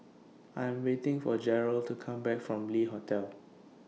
I Am waiting For Jered to Come Back from Le Hotel